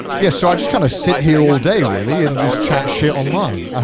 yeah. so i just kind of sit here all day really and just chat shit online. i